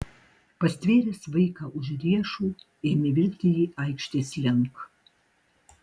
pastvėręs vaiką už riešų ėmė vilkti jį aikštės link